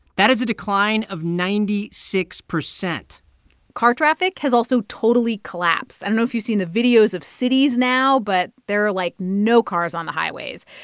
that is a decline of ninety six point car traffic has also totally collapsed. i don't know if you've seen the videos of cities now, but there are, like, no cars on the highways.